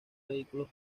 vehículos